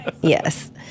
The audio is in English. Yes